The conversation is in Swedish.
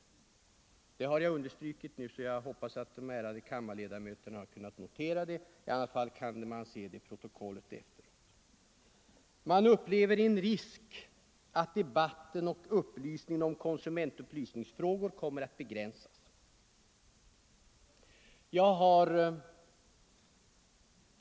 Detta vill jag understryka och hoppas att de ärade kammarledamöterna noterar det — i alla fall kan man läsa det i protokollet efteråt. Man upplever en risk att debatten och upplysningen om konsumentupplysningsfrågor kommer att begränsas.